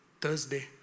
Thursday